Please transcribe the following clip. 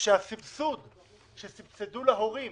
שהסבסוד שסבסדו להורים